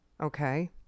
Okay